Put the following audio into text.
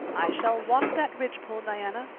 i shall walk that ridgepole, diana,